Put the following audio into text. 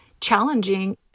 challenging